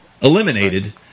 eliminated